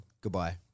goodbye